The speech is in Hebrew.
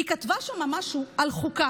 היא כתבה שם משהו על חוקה